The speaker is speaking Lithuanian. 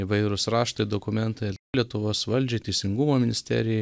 įvairūs raštai dokumentai lietuvos valdžiai teisingumo ministerijai